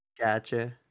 Gotcha